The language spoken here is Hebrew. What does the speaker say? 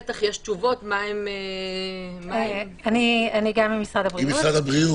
בטח יש תשובות -- אני גם ממשרד הבריאות.